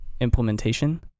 implementation